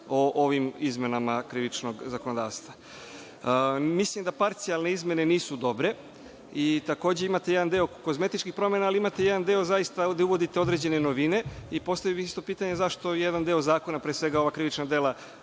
o ovim izmenama Krivičnog zakonodavstva? Mislim da parcijalne izmene nisu dobre i takođe imate jedan deo kozmetičkih promena, ali imate i jedan deo gde zaista uvodite određene novine. Takođe bih postavio pitanje zašto jedan deo zakona, pre svega, ova krivična dela